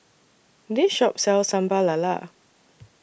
This Shop sells Sambal Lala